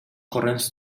corrents